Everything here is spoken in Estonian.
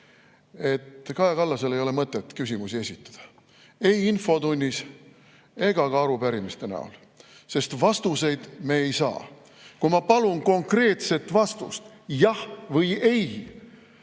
Kaja Kallasele ei ole mõtet küsimusi esitada, ei infotunnis ega ka arupärimiste näol, sest vastuseid me ei saa. Kui ma palun konkreetset vastust, jah või ei,